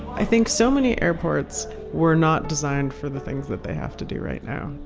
i think so many airports were not designed for the things that they have to do right now.